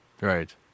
Right